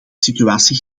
situatie